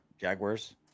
jaguars